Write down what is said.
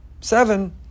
seven